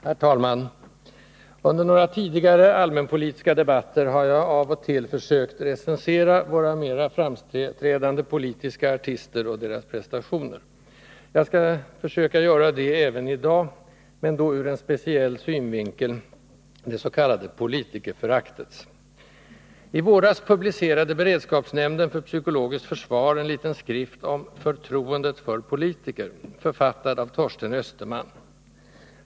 Herr talman! Under några tidigare allmänpolitiska debatter har jag av och till försökt recensera våra mera framträdande politiska artister och deras prestationer. Jag skall försöka göra detta även i dag, men då ur en speciell synvinkel: det s.k. politikerföraktets. - I våras publicerade beredskapsnämnden för psykologiskt försvar en liten skrift, ”Förtroendet för politiker”, författad av Torsten Österman.